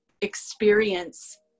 experience